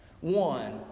One